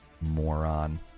Moron